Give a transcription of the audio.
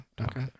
Okay